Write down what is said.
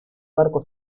barco